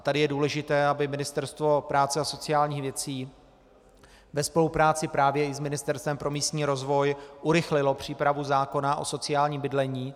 Tady je důležité, aby Ministerstvo práce a sociálních věcí ve spolupráci právě i s Ministerstvem pro místní rozvoj urychlilo přípravu zákona o sociálním bydlení.